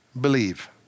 believe